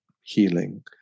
healing